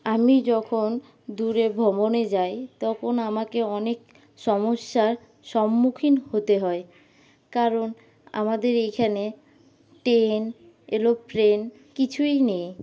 আমি যখন দূরে ভ্রমণে যাই তখন আমাকে অনেক সমস্যার সম্মুখীন হতে হয় কারণ আমাদের এইখানে ট্রেন এরোপ্লেন কিছুই নেই